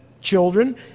children